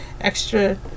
extra